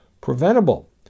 preventable